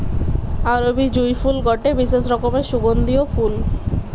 আরবি জুঁই ফুল গটে বিশেষ রকমের সুগন্ধিও ফুল